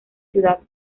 ciudad